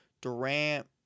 Durant